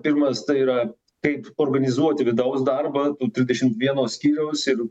pirmas tai yra kaip organizuoti vidaus darbą trisdešimt vieno skyriaus ir